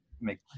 make